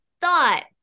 thought